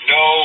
no